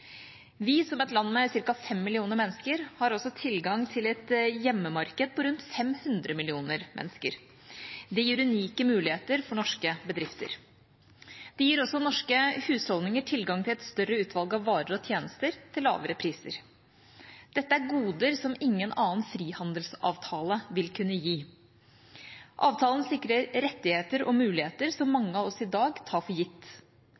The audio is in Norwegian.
Vi, som et land med ca. 5 millioner mennesker, har også tilgang til et hjemmemarked på rundt 500 millioner mennesker. Det gir unike muligheter for norske bedrifter. Det gir også norske husholdninger tilgang til et større utvalg av varer og tjenester til lavere priser. Dette er goder som ingen annen frihandelsavtale vil kunne gi. Avtalen sikrer rettigheter og muligheter som mange av oss i dag tar for gitt